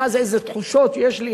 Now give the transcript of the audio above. מה, זה איזה תחושות שיש לי?